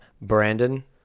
Brandon